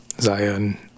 Zion